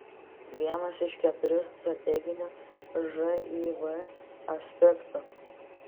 vienas iš keturių strateginio živ aspektų